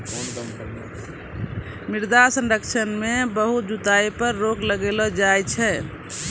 मृदा संरक्षण मे बहुत जुताई पर रोक लगैलो जाय छै